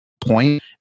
point